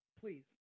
please